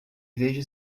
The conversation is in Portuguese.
veja